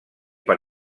per